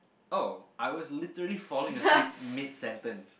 oh I was literally falling asleep mid sentence